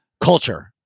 culture